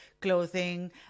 clothing